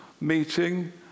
meeting